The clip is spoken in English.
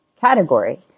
category